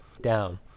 down